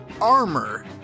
armor